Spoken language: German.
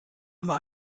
über